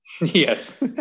Yes